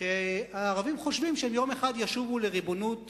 שהערבים חושבים שהם יום אחד ישובו לריבונות